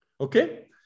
okay